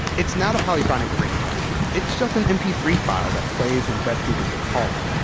it's not a polyphonic ringtone. it's just an m p three file that plays when vesku gets a call,